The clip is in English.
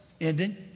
ending